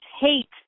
hate